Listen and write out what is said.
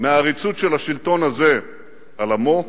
העריצות של השלטון הזה על עמו,